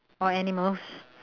or animals